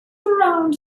around